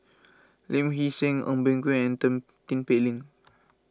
Lee Hee Seng Eng Boh Kee and Tin Pei Ling